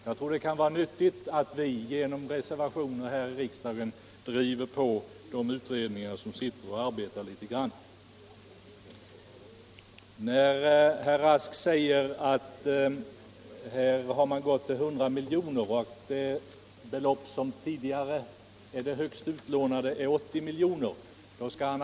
Jag tror det är nyttigt att vi genom reservationer i riksdagen driver på de utredningar som arbetar. Herr Rask säger beträffande medelsramarna för de statliga garantierna, som i propositionen föreslås till 100 milj.kr., att det högsta belopp som tidigare varit utlånat är 80 milj.kr.